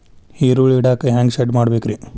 ಈರುಳ್ಳಿ ಇಡಾಕ ಹ್ಯಾಂಗ ಶೆಡ್ ಮಾಡಬೇಕ್ರೇ?